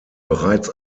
bereits